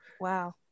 wow